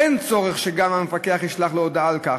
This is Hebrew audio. אין צורך שגם המפקח ישלח לו הודעה על כך,